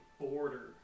border